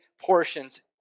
portions